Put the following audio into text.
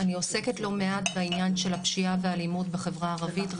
אני עוסקת לא מעט בעניין של הפשיעה והאלימות בחברה הערבית.